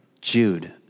Jude